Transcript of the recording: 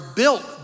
built